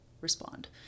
respond